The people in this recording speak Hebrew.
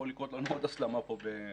יכולה לקרות לנו עוד הסלמה פה בעזה.